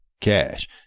Cash